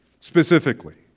specifically